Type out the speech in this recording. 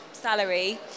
salary